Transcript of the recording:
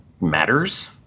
matters